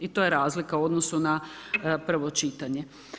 I to je razlika u odnosu na prvo čitanje.